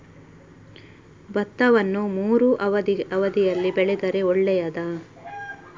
ಭತ್ತವನ್ನು ಮೂರೂ ಅವಧಿಯಲ್ಲಿ ಬೆಳೆದರೆ ಒಳ್ಳೆಯದಾ?